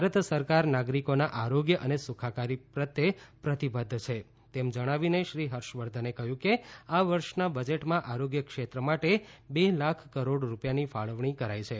ભારત સરકાર નાગરિકોના આરોગ્ય અને સુખાકારી પ્રત્યે પ્રતિબદ્ધ છે તેમ જણાવીને શ્રી હર્ષવર્ધને કહ્યું કે આ વર્ષના બજેટમાં આરોગ્ય ક્ષેત્ર માટે બે લાખ કરોડ રૂપિયાની ફાળવણી કરાઈ છે